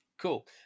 Cool